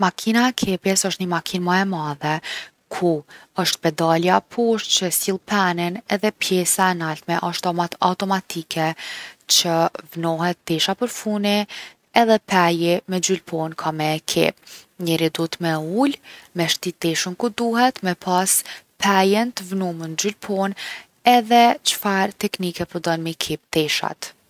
Makina e kepjes osht ni makinë ma e madhe ku osht pedalja poshtë që e sill penin edhe pjesa e nalme osht ato- automatike që vnohet tesha përfuni edhe peji me gjylponë ka me e kep. Njeri duhet me u ul, me e shti teshën ku duhet, me pas pejin t’vnum n’gjylponë edhe çfarë teknike po don m’i kep teshat.